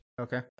Okay